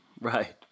right